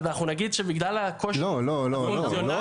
ואנחנו נגיד שבגלל הקושי --- לא אדוני,